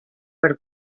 per